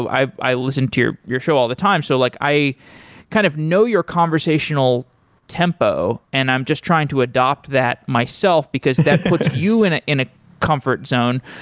i i listen to your your show all the time, so like i kind of know your conversational tempo and i'm just trying to adopt that myself, because that puts you in in ah comfort zone.